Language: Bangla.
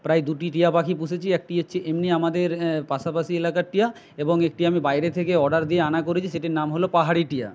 প্রায় দুটি টিয়া পাখি পুষেছি একটি হচ্ছে এমনি আমাদের পাশাপাশি এলাকার টিয়া এবং একটি আমি বাইরে থেকে অর্ডার দিয়ে আনা করিয়েছি সেটির নাম হল পাহাড়ি টিয়া